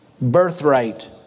birthright